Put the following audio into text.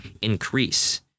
increase